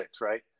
right